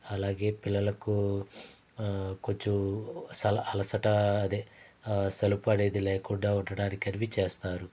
అలాగే పిల్లలకు కొంచెం సల అలసట అదే సలుపనేది లేకుండా ఉండటానికవి చేస్తారు